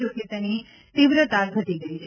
જો કે તેની તીવ્રતા ઘટી ગઇ છે